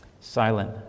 silent